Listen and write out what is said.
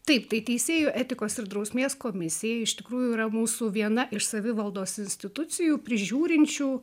taip tai teisėjų etikos ir drausmės komisija iš tikrųjų yra mūsų viena iš savivaldos institucijų prižiūrinčių